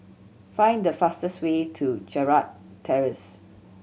find the fastest way to Gerald Terrace